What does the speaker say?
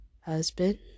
husband